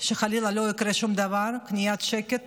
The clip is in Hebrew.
שחלילה לא יקרה שום דבר, קניית שקט